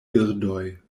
birdoj